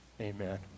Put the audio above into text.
Amen